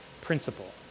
principle